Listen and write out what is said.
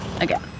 again